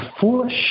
foolish